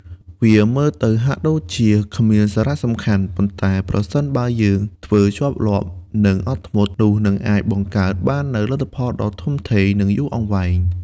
វាមើលទៅហាក់ដូចជាគ្មានសារៈសំខាន់ ប៉ុន្តែប្រសិនបើធ្វើជាប់លាប់ និងអត់ធ្មត់ នោះនឹងអាចបង្កើតបាននូវ លទ្ធផលដ៏ធំធេង និងយូរអង្វែង។